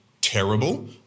terrible